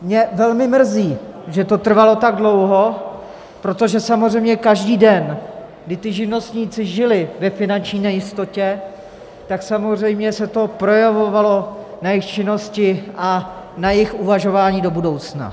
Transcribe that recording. Mě velmi mrzí, že to trvalo tak dlouho, protože samozřejmě každý den, kdy živnostníci žili ve finanční nejistotě, tak samozřejmě se to projevovalo na jejich činnosti a na jejich uvažování do budoucna.